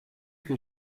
que